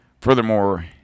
Furthermore